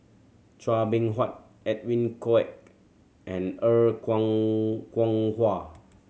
Chua Beng Huat Edwin Koek and Er Kwong Kwong Wah